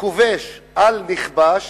כובש על נכבש